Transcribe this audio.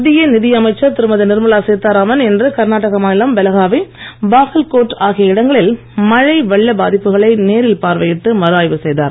மத்திய நிதி அமைச்சர் திருமதி நிர்மலா சீதாராமன் இன்று கர்நாடக மாநிலம் பெலகாவி பாகல்கோட் ஆகிய இடங்களில் மழை வெள்ள பாதிப்புகளை நேரில் பார்வையிட்டு மறு ஆய்வு செய்தார்